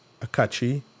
Akachi